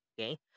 Okay